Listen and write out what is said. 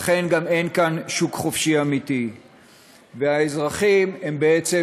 לכן גם אין כאן שוק חופשי אמיתי והאזרחים בעצם